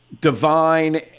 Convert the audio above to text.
divine